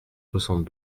soixante